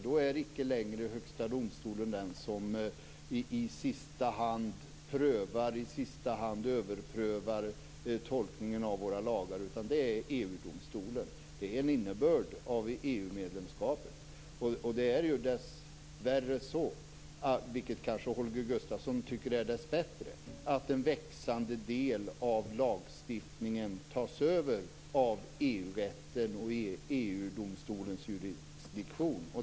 Då är icke längre Högsta domstolen den som i sista hand prövar och överprövar tolkningen av våra lagar, utan det är EU:s domstol. Det är innebörden av EU-medlemskapet. Det är dessvärre så, vilket Holger Gustafsson kanske tycker är dessbättre, att en växande andel av lagstiftningen tas över av EU-rätten och dess jurisdiktion.